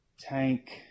Tank